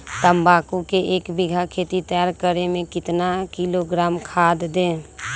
तम्बाकू के एक बीघा खेत तैयार करें मे कितना किलोग्राम खाद दे?